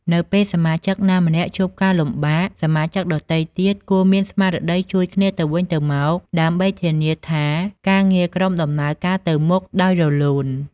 នៅពេលសមាជិកណាម្នាក់ជួបការលំបាក សមាជិកដទៃទៀតគួរមានស្មារតីជួយគ្នាទៅវិញទៅមក ដើម្បីធានាថាការងារក្រុមដំណើរការទៅមុខដោយរលូន។